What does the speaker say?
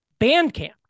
Bandcamp